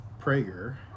Prager